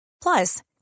Plus